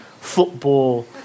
football